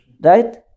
right